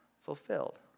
fulfilled